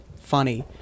funny